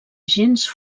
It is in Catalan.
gens